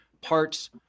parts